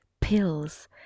pills